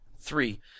three